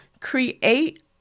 create